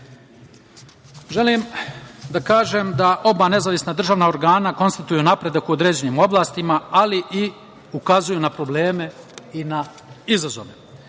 da kažem da oba nezavisna državna organa konstatuju napredak u određenim oblastima, ali i ukazuju na probleme i izazove.